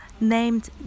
named